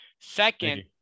second